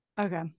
Okay